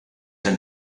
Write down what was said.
and